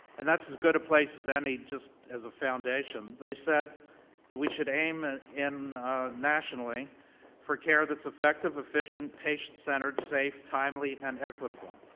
and that's as good a place as any just as a foundation. they said that we should aim and nationally for care that's effective, efficient, patient-centered, safe, timely and equitable.